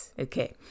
okay